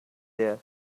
there